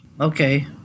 Okay